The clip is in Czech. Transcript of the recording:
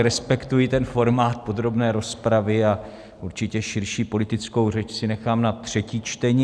Respektuji formát podrobné rozpravy a určitě širší politickou řeč si nechám na třetí čtení.